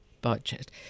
budget